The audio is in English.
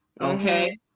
okay